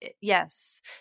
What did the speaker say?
yes